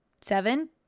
seven